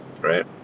Right